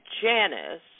Janice